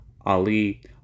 Ali